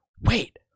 wait